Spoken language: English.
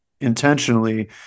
intentionally